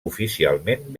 oficialment